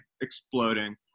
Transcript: exploding